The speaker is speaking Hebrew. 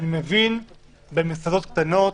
אני מבין במסעדות קטנות,